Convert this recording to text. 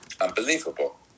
unbelievable